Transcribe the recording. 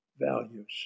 values